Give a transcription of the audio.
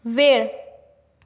वेळ